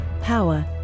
Power